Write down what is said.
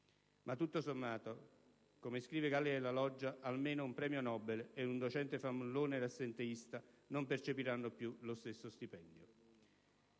Ma tutto sommato, come scrive Galli Della Loggia, almeno un premio Nobel e un docente fannullone ed assenteista non percepiranno più lo stesso stipendio.